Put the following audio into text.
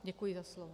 Děkuji za slovo.